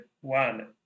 one